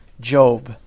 Job